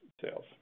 sales